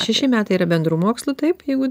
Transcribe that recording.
šeši metai yra bendrų mokslų taip jeigu